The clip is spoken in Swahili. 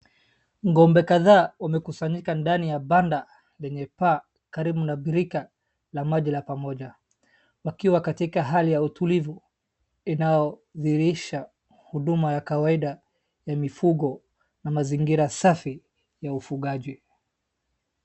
Ng'ombe kadhaa wamekusanyika ndani ya banda lenye paa karibu na birika la maji la pamoja, wakiwa katika hali ya utulivu inayodhihirisha huduma ya kawaida ya mifugo na mazingira safi ya ufugaji.